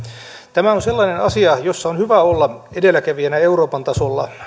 tämä on sellainen asia jossa on hyvä olla edelläkävijänä euroopan tasolla